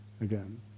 again